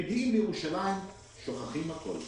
מגיעים לירושלים ושוכחים הכול.